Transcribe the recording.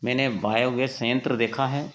मैंने biogas सयंत्र देखा है